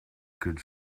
could